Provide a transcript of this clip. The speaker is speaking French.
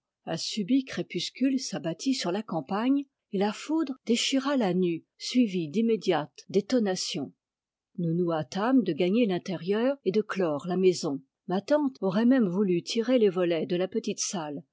un subit crépuscule s'abattit sur la campagne et la foudre déchira la nue suivie d'immédiates détonations nous nous hâtâmes de gagner l'intérieur et de clore la maison ma tante aurait même voulu tirer les volets de la petite salle